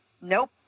Nope